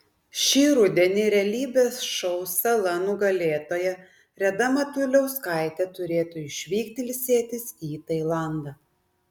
šį rudenį realybės šou sala nugalėtoja reda matuliauskaitė turėtų išvykti ilsėtis į tailandą